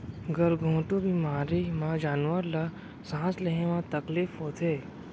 गल घोंटू बेमारी म जानवर ल सांस लेहे म तकलीफ होथे